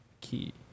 Key